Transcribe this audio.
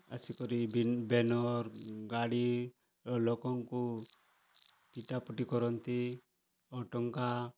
ଆସିକରି ବିନ ବ୍ୟାନର ଗାଡ଼ି ଓ ଲୋକଙ୍କୁ ପିଟାପିଟି କରନ୍ତି ଓ ଟଙ୍କା